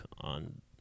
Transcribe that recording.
on